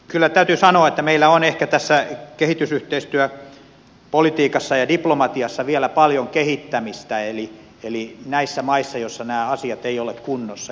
kyllä täytyy sanoa että meillä on ehkä tässä kehitysyhteistyöpolitiikassa ja diplomatiassa vielä paljon kehittämistä näissä maissa joissa nämä asiat eivät ole kunnossa